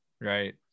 Right